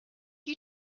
you